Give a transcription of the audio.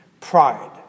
Pride